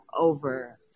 over